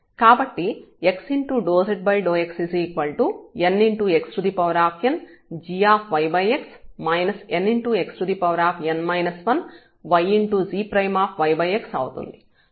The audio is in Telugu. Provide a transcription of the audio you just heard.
కాబట్టి x∂z∂x nxn gyx xn 1ygyxఅవుతుంది